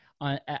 on